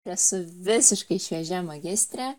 esu visiškai šviežia magistrė